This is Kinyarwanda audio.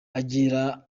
agira